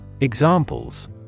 Examples